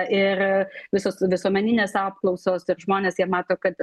ir visos visuomeninės apklausos ir žmonės jie mato kad